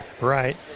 Right